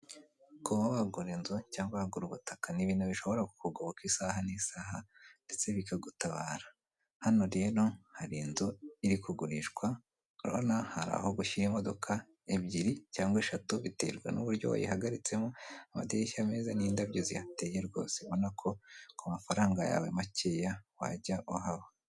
kuba wagura inzu cyangwa hagura ubutaka nibintu bishobora kukugoboka isaha n'isaha ndetse bikagutabara hano rero hari inzu iri kugurishwa rona hari aho gushyira imodoka ebyiri cyangwa eshatu biterwa nuububuryo wayihagaritsemo amadirishya ameeza n'indabyo zihateye rwose i ubona ko kumafaranga yawe makeya wajya uhaba